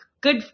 good